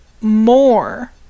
More